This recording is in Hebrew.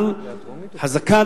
אבל חזקה,